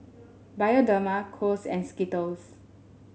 Bioderma Kose and Skittles